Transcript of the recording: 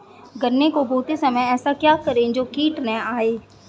गन्ने को बोते समय ऐसा क्या करें जो कीट न आयें?